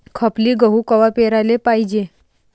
खपली गहू कवा पेराले पायजे?